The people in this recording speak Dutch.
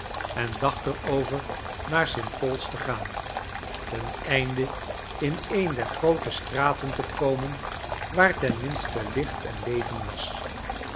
en dacht er over naar st paul's te gaan ten einde in een der groote straten te komen waar ten minste licht en leven was